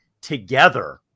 together